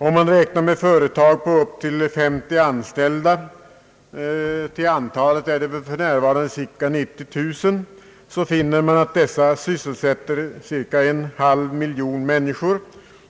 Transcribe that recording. Om man räknar med företag som har upp till 50 anställda — till antalet är de väl för närvarande cirka 90000 — finner man att de sysselsätter omkring en halv miljon människor